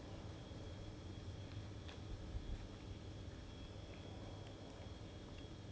ya then 要要都不懂要怎么办要补回 ah 还是要油回 ah 还是要什么